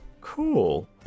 Cool